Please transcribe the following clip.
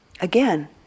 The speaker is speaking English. Again